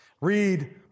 Read